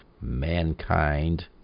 mankind